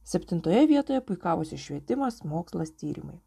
septintoje vietoje puikavosi švietimas mokslas tyrimai